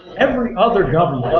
every other government,